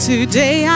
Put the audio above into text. Today